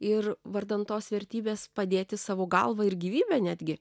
ir vardan tos vertybės padėti savo galvą ir gyvybę netgi